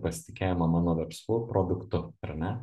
pasitikėjimą mano verslu produktu ar ne